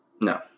No